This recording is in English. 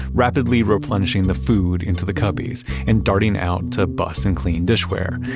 rapidly replenishing the food into the cubbies, and darting out to bus and clean dishware.